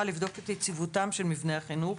לבדוק מפעם לפעם את יציבותם של מבני החינוך